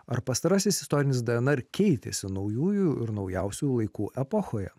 ar pastarasis istorinis darna ar keitėsi naujųjų ir naujausių laikų epochoje